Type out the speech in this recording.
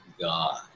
God